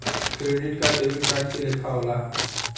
credit card debit card के लेखा होला